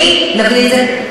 שנית להביא את זה?